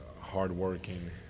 hardworking